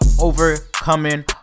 overcoming